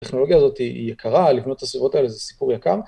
הטכנולוגיה הזאת היא יקרה, לבנות את הסביבות האלה זה סיפור יקר.